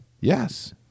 Yes